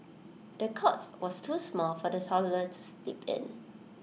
the cots was too small for the toddler to sleep in